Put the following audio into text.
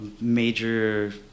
major